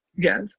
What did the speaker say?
Yes